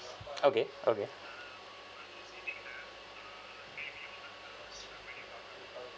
okay okay